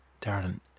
Darling